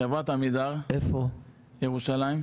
חברת עמידר, ירושלים.